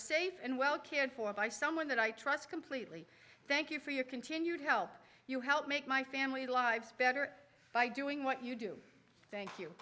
safe and well cared for by someone that i trust completely thank you for your continued help you help make my family lives better by doing what you do thank you